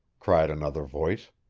cried another voice.